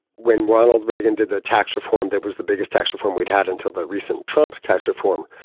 when ronald reagan did the tax reform, that was the biggest tax reform we'd had until the recent trump tax reform.